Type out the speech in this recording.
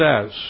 says